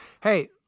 Hey